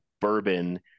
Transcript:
bourbon